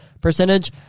percentage